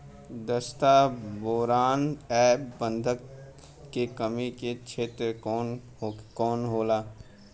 जस्ता बोरान ऐब गंधक के कमी के क्षेत्र कौन कौनहोला?